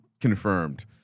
Confirmed